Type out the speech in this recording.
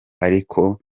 ariko